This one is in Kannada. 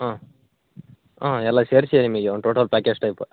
ಹ್ಞೂ ಹ್ಞೂ ಎಲ್ಲ ಸೇರಿಸಿ ನಿಮಗೆ ಒಂದು ಟೋಟಲ್ ಪ್ಯಾಕೇಜ್ ಟೈಪು